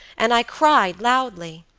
and i cried loudly.